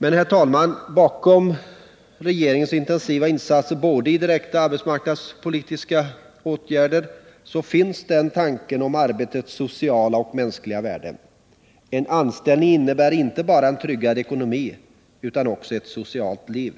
Men, herr talman, bakom regeringens intensiva insatser i form av direkta arbetsmarknadspolitiska åtgärder finns tanken om arbetets sociala och mänskliga värden. En anställning innebär inte bara en tryggad ekonomi utan också ett socialt liv.